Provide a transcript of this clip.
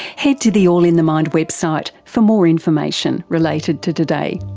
head to the all in the mind website for more information related to today.